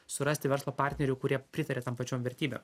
surasti verslo partnerių kurie pritaria tam pačiom vertybėm